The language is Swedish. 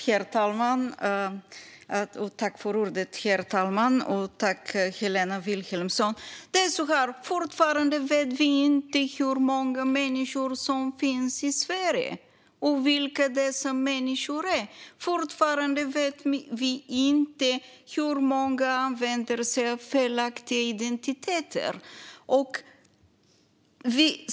Herr talman! Fortfarande vet vi inte hur många människor som finns i Sverige, vilka dessa människor är och hur många som använder sig av felaktig identitet.